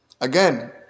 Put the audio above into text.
Again